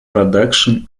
production